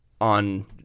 on